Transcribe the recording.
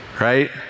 right